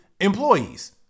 employees